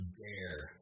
dare